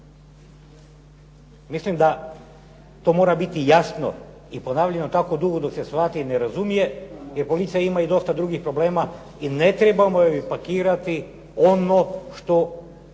Mislim da to mora biti jasno i ponavljano tako dugo dok se ne shvati i ne razumije jer policija ima i dosta drugih problema i ne trebamo joj pakirati ono što